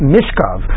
Mishkov